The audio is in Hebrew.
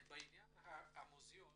בעניין המוזיאון